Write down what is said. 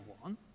one